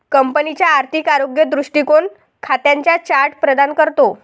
कंपनीचा आर्थिक आरोग्य दृष्टीकोन खात्यांचा चार्ट प्रदान करतो